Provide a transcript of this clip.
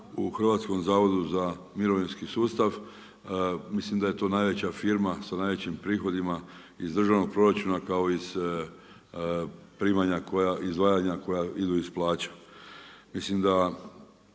je to milijardi kuna u HZMO, mislim da je to najveća firma sa najjačim prihodima iz državnog proračuna kao i … izdvajanja koja idu iz plaća. Mislim da